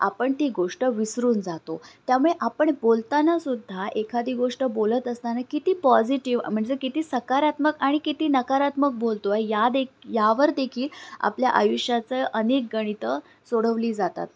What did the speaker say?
आपण ती गोष्ट विसरून जातो त्यामुळे आपण बोलतानासुद्धा एखादी गोष्ट बोलत असताना किती पॉझिटिव्ह म्हणजे किती सकारात्मक आणि किती नकारात्मक बोलतो आहे या दे यावरदेखील आपल्या आयुष्याचं अनेक गणितं सोडवली जातात